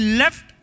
left